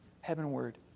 heavenward